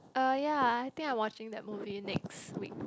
uh ya I think I watching that movie next week